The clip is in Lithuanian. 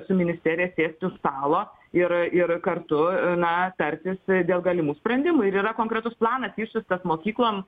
su ministerija sėsti už stalo ir ir kartu na tartis dėl galimų sprendimų ir yra konkretus planas išsiųstas mokyklom